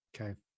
Okay